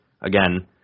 again